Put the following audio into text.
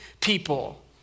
people